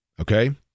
okay